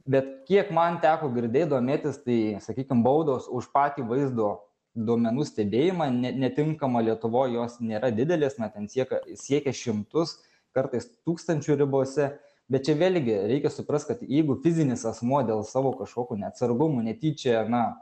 bet kiek man teko girdėt domėtis tai sakykim baudos už patį vaizdo duomenų stebėjimą ne netinkamą lietuvoj jos nėra didelės na ten seika siekia šimtus kartais tūkstančių ribose bet čia vėlgi reikia suprast kad jeigu fizinis asmuo dėl savo kažkokių neatsargumų netyčia na